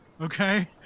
okay